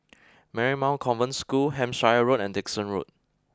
Marymount Convent School Hampshire Road and Dickson Road